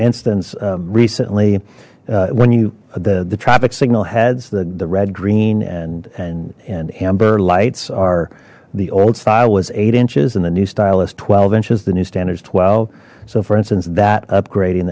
instance recently when you the the traffic signal heads the the red green and and and amber lights are the old style was eight inches and the new style as twelve inches the new standards twelve so for instance that upgrading